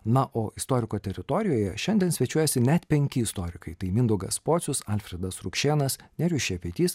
na o istoriko teritorijoje šiandien svečiuojasi net penki istorikai tai mindaugas pocius alfredas rukšėnas nerijus šepetys